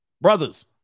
Brothers